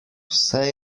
vse